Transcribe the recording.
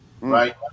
right